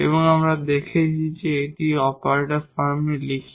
আর আমরা কি দেখেছি যে এটি যখন আমরা অপারেটর ফর্মে লিখি